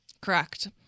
Correct